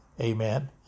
Amen